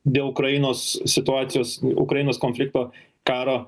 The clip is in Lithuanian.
dėl ukrainos situacijos ukrainos konflikto karo